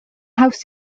haws